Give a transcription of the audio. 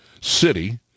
City